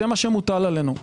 זה מה שמוטל עלינו.